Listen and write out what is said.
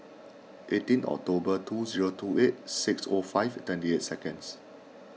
eighteen October two zero two eight six O five twenty eight seconds